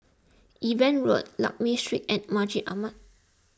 Eben Road Lakme Street and Masjid Ahmad